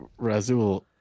Razul